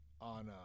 on